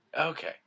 Okay